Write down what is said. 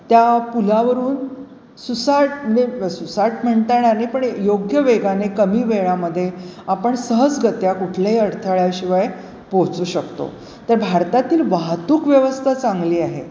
त्या पुलावरून सुसाट म्हणजे सुसाट म्हणता येणार नाही पण योग्य वेगाने कमी वेळामध्ये आपण सहजगत्या कुठल्याही अडथळ्याशिवाय पोहोचू शकतो तर भारतातील वाहतूक व्यवस्था चांगली आहे